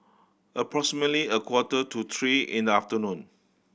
approximately a quarter to three in the afternoon